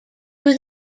was